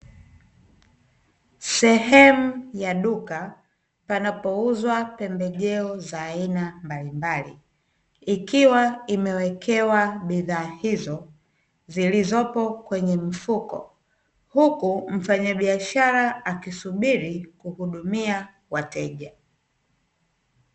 Sehemu ya duka panapouzwa pembejeo za aina mbalimbali, ikiwa imewekewa bidhaa hizo zilizopo kwenye mfuko, huku mfanyabiashara akisubiri kuhudumia wateja.